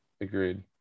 agreed